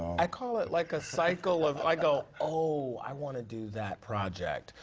i call it like a cycle of, i go, oh, i want to do that project.